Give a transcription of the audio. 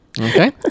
Okay